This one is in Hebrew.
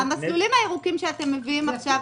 המסלולים הירוקים שאתם מביאים עכשיו,